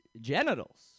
genitals